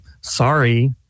sorry